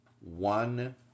one